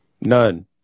None